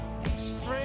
strength